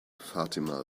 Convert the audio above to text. fatima